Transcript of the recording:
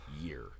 year